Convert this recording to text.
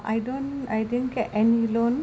I don't I didn't get any loan